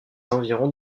environs